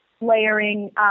layering